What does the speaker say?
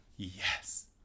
Yes